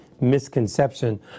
misconception